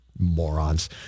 Morons